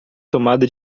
tomada